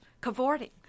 cavorting